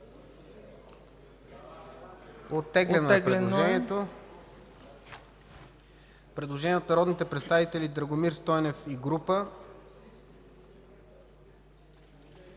по принцип предложението. Предложение от народния представител Драгомир Стойнев и група